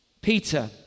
Peter